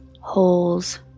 holes